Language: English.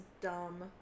dumb